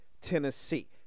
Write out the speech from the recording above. Tennessee